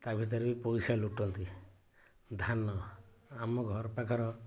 ତା ଭିତରେ ବି ପଇସା ଲୁଟନ୍ତି ଧାନ ଆମ ଘର ପାଖର